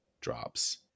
drops